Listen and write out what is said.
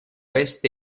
este